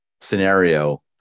scenario